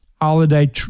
Holiday